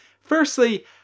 Firstly